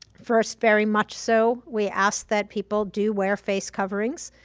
first, very much so, we ask that people do wear face coverings,